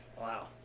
Wow